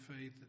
faith